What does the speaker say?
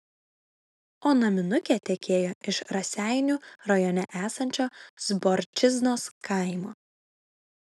o naminukė tekėjo iš raseinių rajone esančio zborčiznos kaimo